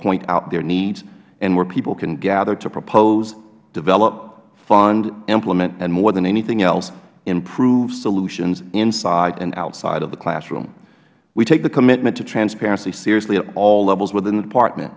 point out their needs and where people can gather to propose develop fund implement and more than anything else improve solutions inside and outside of the classroom we take the commitment to transparency seriously at all levels within the department